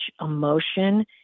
emotion